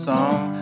song